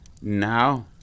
Now